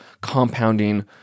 compounding